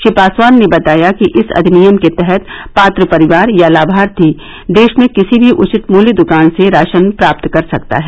श्री पासवान ने बताया कि इस अधिनियम के तहत पात्र परिवार या लामार्थी देश में किसी भी उचित मूल्य दुकान से राशन प्राप्त कर सकता है